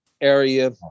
area